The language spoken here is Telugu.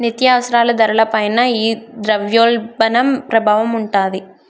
నిత్యావసరాల ధరల పైన ఈ ద్రవ్యోల్బణం ప్రభావం ఉంటాది